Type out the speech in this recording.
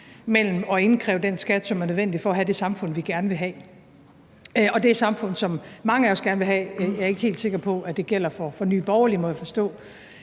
i at indkræve den skat, som er nødvendig for at have det samfund, vi gerne vil have, og det samfund, som mange af os gerne vil have; jeg er ikke helt sikker på, at det gælder for Nye Borgerlige – det må jeg forstå.